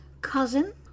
cousin